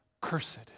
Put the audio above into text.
cursed